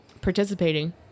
participating